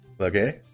Okay